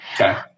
Okay